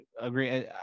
agree